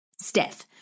Steph